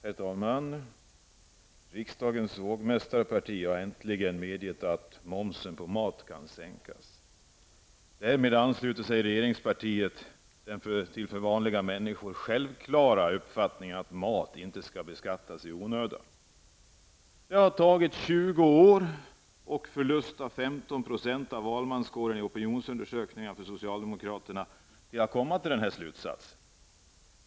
Herr talman! Riksdagens vågmästarparti har äntligen medgett att momsen på mat kan sänkas. Därmed ansluter sig regeringspartiet till den för vanliga människor självklara uppfattningen att mat inte skall beskattas i onödan. Det har tagit 20 år och förlusten av 15 % av valmanskåren i opinionsundersökningar för socialdemokraterna att komma till denna slutsats.